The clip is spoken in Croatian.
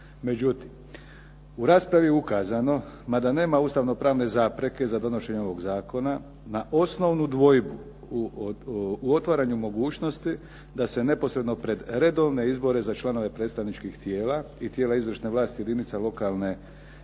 Međutim u raspravi je ukazano, mada nema ustavno-pravne zapreke za donošenje ovog zakona, na osnovnu dvojbu u otvaranju mogućnosti da se neposredno pred redovne izbore za članove predstavničkih tijela i tijela izvršne vlasti jedinica lokalne